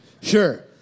Sure